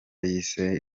yise